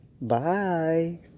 bye